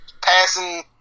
passing